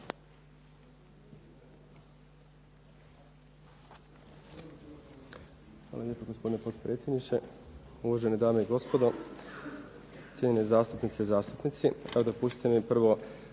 Hvala lijepo gospodine potpredsjedniče, uvažene dame i gospodo, cijenjene zastupnice i zastupnici.